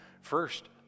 first